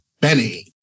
Benny